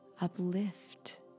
uplift